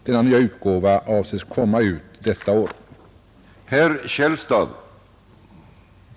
Denna nya utgåva avses komma ut detta år.